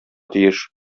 тиеш